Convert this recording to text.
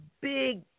big